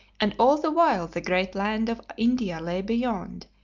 and all the while the great land of india lay beyond,